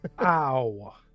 Ow